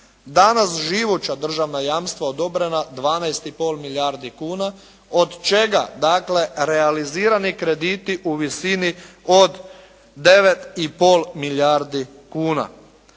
Danas živuća državna jamstva odobrena 12 i pol milijardi kuna, od čega dakle realizirani krediti u visini od 9 i pol milijardi kuna.